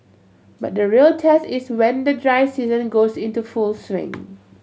but the real test is when the dry season goes into full swing